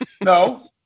No